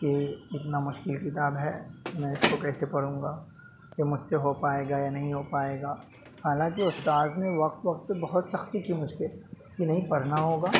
کہ اتنا مشکل کتاب ہے میں اس کو کیسے پڑھوں گا یہ مجھ سے ہو پائے گا یا نہیں ہو پائے گا حالانکہ استاد نے وقت وقت پہ بہت سختی کی مجھ پہ کہ نہیں پڑھنا ہوگا